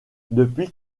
depuis